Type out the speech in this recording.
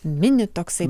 mini toksai